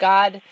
God